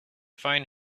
phone